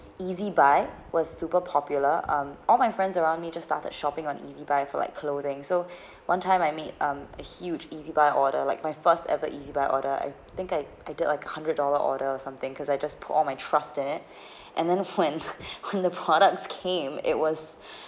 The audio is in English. E_Z_buy was super popular um all my friends around me just started shopping on E_Z_buy for like clothing so one time I meet um a huge E_Z_buy order like my first ever E_Z_buy order I think I I did like hundred dollar order or something cause I just put all my trust in it and then when when the products came it was